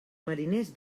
mariners